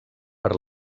per